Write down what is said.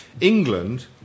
England